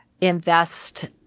invest